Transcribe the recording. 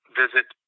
visit